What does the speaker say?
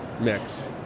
mix